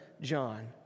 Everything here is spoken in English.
John